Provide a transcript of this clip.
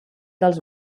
dels